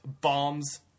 bombs